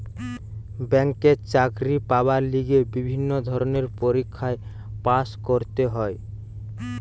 ব্যাংকে চাকরি পাবার লিগে বিভিন্ন ধরণের পরীক্ষায় পাস্ করতে হয়